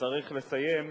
שצריך לסיים,